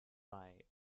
bei